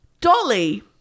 Dolly